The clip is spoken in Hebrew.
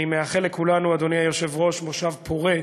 אני מאחל לכולנו, אדוני היושב-ראש, מושב פורה,